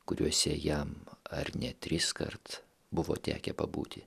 kuriuose jam ar ne triskart buvo tekę pabūti